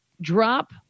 drop